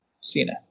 Cena